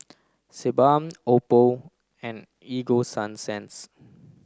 Sebamed Oppo and Ego Sunsense